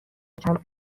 چند